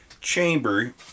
chamber